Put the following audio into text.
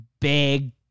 big